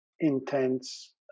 intense